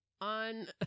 on